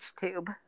tube